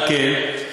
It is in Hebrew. על כן,